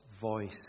voice